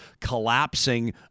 collapsing